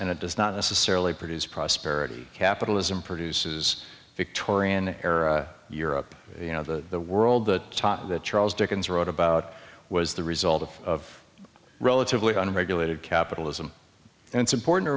and it does not necessarily produce prosperity capitalism produces victorian era europe you know the world that charles dickens wrote about was the result of relatively unregulated capitalism and it's important to